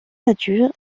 satur